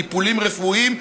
טיפולים רפואיים,